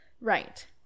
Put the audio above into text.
right